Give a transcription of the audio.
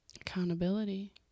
Accountability